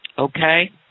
okay